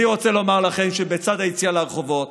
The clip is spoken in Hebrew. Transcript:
אני רוצה לומר לכם שבצד היציאה לרחובות,